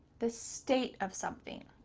the state of something.